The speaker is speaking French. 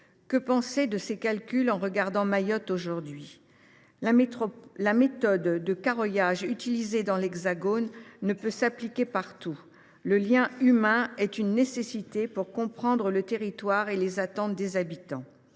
Que penser de ces calculs au regard de la situation de Mayotte aujourd’hui ? La méthode de carroyage utilisée dans l’Hexagone ne peut pas s’appliquer partout. Le lien humain est une nécessité pour comprendre le territoire et les attentes des habitants.